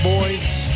Boys